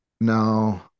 No